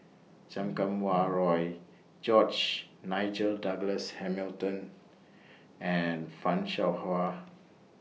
Chan Kum Wah Roy George Nigel Douglas Hamilton and fan Shao Hua